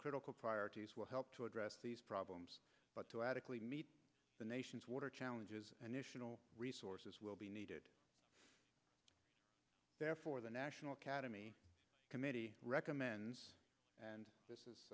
critical priorities will help to address these problems but to adequately meet the nation's water challenges resources will be needed therefore the national academy committee recommends and this is